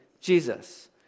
Jesus